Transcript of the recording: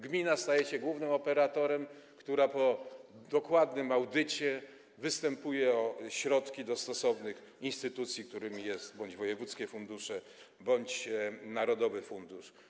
Gmina staje się głównym operatorem, który po dokładnym audycie występuje o środki do stosownych instytucji, którymi są bądź wojewódzkie fundusze, bądź narodowy fundusz.